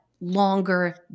longer